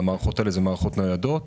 המערכות האלה הן מערכות ניידות.